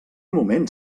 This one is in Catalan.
moment